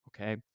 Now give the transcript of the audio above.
Okay